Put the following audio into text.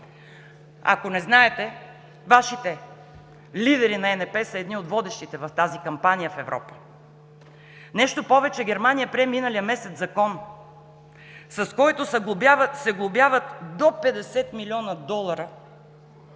Ако не знаете, Вашите лидери на ЕНП са едни от водещите в тази кампания в Европа. Нещо повече, миналия месец Германия прие закон, с който се глобяват до 50 милиона долара